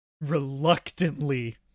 reluctantly